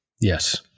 yes